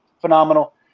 phenomenal